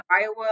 Iowa